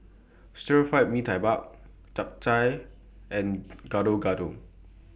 Stir Fry Mee Tai Mak Chap Chai and Gado Gado